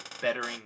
bettering